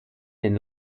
den